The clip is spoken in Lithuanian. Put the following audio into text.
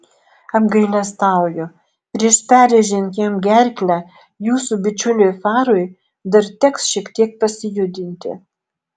apgailestauju prieš perrėžiant jam gerklę jūsų bičiuliui farui dar teks šiek tiek pasijudinti